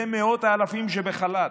למאות האלפים שבחל"ת,